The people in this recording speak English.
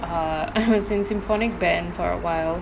err I was in symphonic band for a while